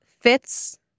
fits